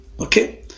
Okay